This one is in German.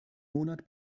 monat